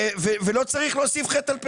ולא צריך להוסיף חטא על פשע.